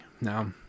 now